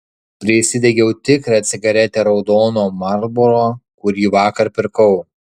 prisidegiau tikrą cigaretę raudono marlboro kurį vakar pirkau